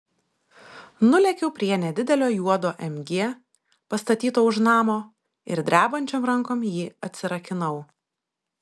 nulėkiau prie nedidelio juodo mg pastatyto už namo ir drebančiom rankom jį atsirakinau